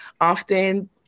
often